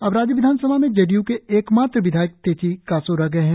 अब राज्य विधानसभा में जे डी यू के एक मात्र विधायक तेची कासो रह गए है